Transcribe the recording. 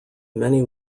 many